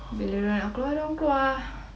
bila diorang nak keluar diorang keluar